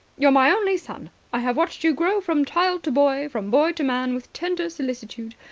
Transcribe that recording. you're my only son. i have watched you grow from child to boy, from boy to man, with tender solicitude.